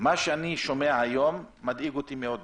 מה שאני שומע היום מדאיג אותי מאוד.